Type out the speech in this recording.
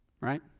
Right